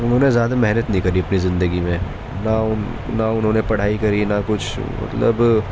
انہوں نے زیادہ محنت نہیں کری اپنی زندگی میں نہ ان نہ انہوں نے پڑھائی کری نہ کچھ مطلب